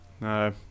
no